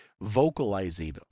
vocalizing